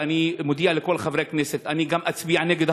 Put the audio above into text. ואני מודיע לכל חברי הכנסת: אני אצביע גם נגד